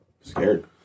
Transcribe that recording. Scared